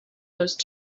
those